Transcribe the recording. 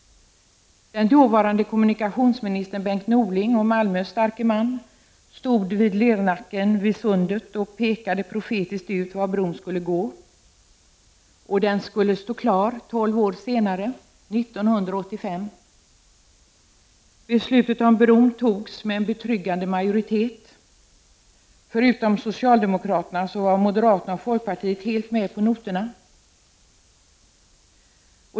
Den dåvarande kommunikationsministern Bengt Norling och Malmös starke man stod vid Lernacken vid Sundet och pekade profetiskt ut var bron skulle gå. Den skulle stå klar tolv år senare, 1985. Beslutet om bron togs med en betryggande majoritet. Förutom socialdemokraterna var moderaterna och folkpartiet helt med på noterna.